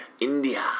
India